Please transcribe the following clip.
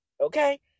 Okay